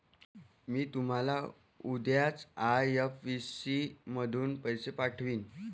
मी तुम्हाला उद्याच आई.एफ.एस.सी मधून पैसे पाठवीन